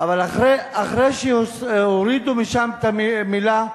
אחרי שהורידו משם את המלה,